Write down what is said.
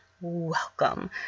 welcome